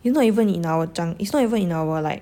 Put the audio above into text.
it's not even in our 掌 it's not even in our like